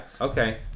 Okay